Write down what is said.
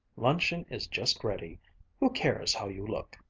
luncheon is just ready who cares how you look?